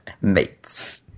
mates